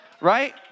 Right